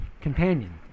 Companion